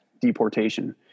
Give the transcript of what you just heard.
deportation